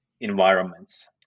environments